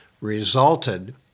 resulted